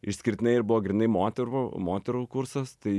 išskirtinai ir buvo grynai moterų moterų kursas tai